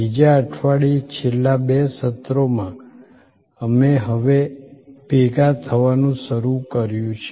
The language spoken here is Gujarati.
બીજા અઠવાડિયે છેલ્લા બે સત્રોમાં અમે હવે ભેગા થવાનું શરૂ કર્યું છે